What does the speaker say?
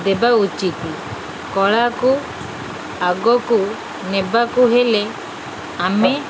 ଦେବା ଉଚିତ୍ କଳାକୁ ଆଗକୁ ନେବାକୁ ହେଲେ ଆମେ